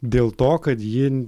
dėl to kad ji